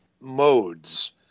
modes